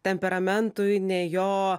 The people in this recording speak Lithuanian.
temperamentui ne jo